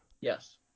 Yes